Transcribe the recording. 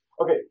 Okay